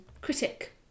critic